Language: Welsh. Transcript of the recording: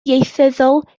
ieithyddol